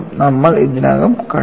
നമ്മൾ ഇതിനകം കണ്ടു